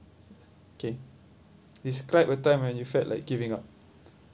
okay describe a time when you felt like giving up